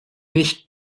nicht